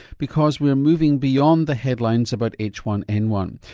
because we're moving beyond the headlines about h one n one.